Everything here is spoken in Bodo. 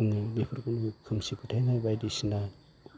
बुङो बेफोरखौनो खोमसि फोथायनाय बायदिसिना